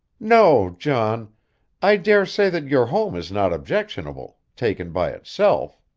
no, john i dare say that your home is not objectionable, taken by itself.